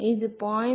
இந்த 0